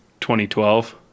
2012